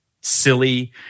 silly